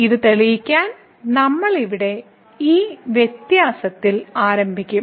ഇത് തെളിയിക്കാൻ നമ്മൾ ഇവിടെ ഈ വ്യത്യാസത്തിൽ ആരംഭിക്കും